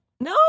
no